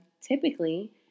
typically